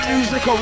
Music